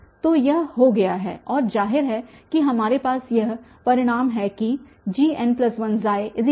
तो यह हो गया है और जाहिर है कि हमारे पास यह परिणाम है कि Gn10